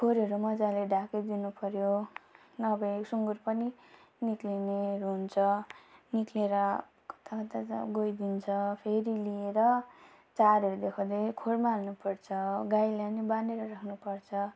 खोरहरू मजाले ढाकिदिनुपऱ्यो नभए सुँगुर पनि निक्लिनेहरू हुन्छ निक्लेर कता कता जा गइदिन्छ फेरि लिएर चारोहरू देखाउँदै खोरमा हाल्नुपर्छ गाईलाई नि बाँधेर राख्नुपर्छ